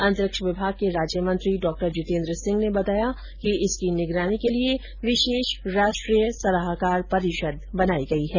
अंतरिक्ष विभाग के राज्यमंत्री डॉ जितेन्द्र सिंह ने बताया कि इसकी निगरानी के लिये विशेष राष्ट्रीय सलाहकार परिषद बनाई गई है